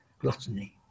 gluttony